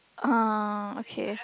uh okay